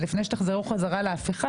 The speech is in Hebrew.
לפני שתחזרו חזרה להפיכה,